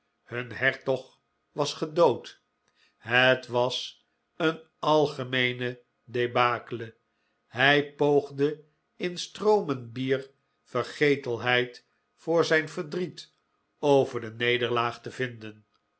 hun hertog was gedood het was een algemeene debacle hij poogde in stroomen bier vergetelheid voor zijn verdriet over de nederlaag te vinden